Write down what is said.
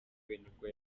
nibwo